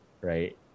right